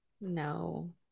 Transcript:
No